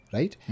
Right